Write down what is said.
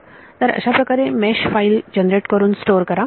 तर अशाप्रकारे mesh file generate करून स्टोर करा